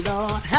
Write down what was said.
Lord